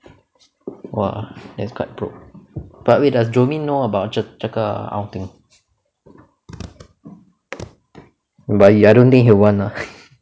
!wah! that's quite pro but wait does jomin know about 这这个 outing but he I don't think he'll want ah